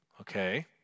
Okay